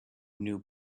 new